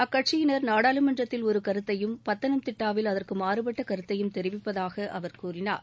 அக்கட்சியினர் நாடாளுமன்றத்தில் ஒரு கருத்தையும் பத்தனம்திட்டாவில் அகற்கு மாறுபட்ட கருத்தையும் தெரிவிப்பதாக அவர் கூறினார்